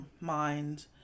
mind